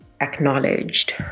acknowledged